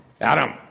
Adam